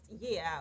year